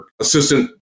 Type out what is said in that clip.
assistant